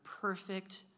perfect